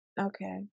okay